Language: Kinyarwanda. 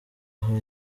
aho